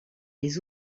les